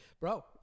Bro